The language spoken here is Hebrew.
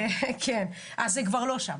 אבל זה כבר לא שם